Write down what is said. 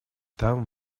там